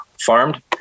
farmed